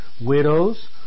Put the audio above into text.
Widows